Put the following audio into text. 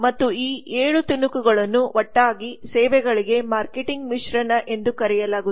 ಮತ್ತು ಈ 7 ತುಣುಕುಗಳನ್ನು ಒಟ್ಟಾಗಿ ಸೇವೆಗಳಿಗೆ ಮಾರ್ಕೆಟಿಂಗ್ ಮಿಶ್ರಣ ಎಂದು ಕರೆಯಲಾಗುತ್ತದೆ